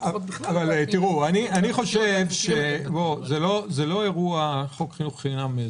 אני חושב שזה לא אירוע כמו חוק חינוך חינם.